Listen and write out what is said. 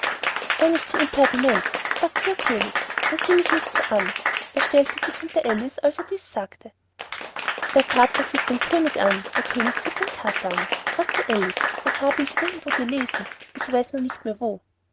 sei nicht so impertinent sagte der könig und sieh mich nicht so an er stellte sich hinter alice als er dies sagte der kater sieht den könig an der könig sieht den kater an sagte alice das habe ich irgendwo gelesen ich weiß nur nicht mehr wo